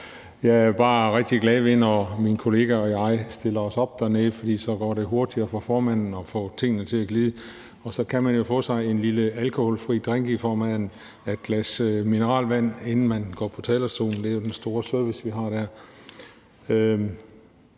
Jeg er bare rigtig glad, når min kollega og jeg stiller os op dernede, for så går det hurtigere for formanden at få tingene til at glide. Og så kan man jo få sig en lille alkoholfri drink i form af et glas mineralvand, inden man går på talerstolen. Det er jo den store service, vi har der.